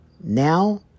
now